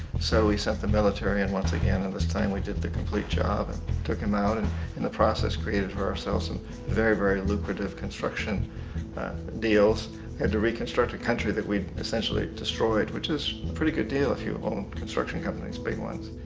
so we sent the military in once again and this time we did the complete job and took him out. and in the process, created for ourselves some very-very lucrative construction deals and to reconstruct the country that we'd essentially destroyed. which is a pretty good deal if you own consturction companies, big ones.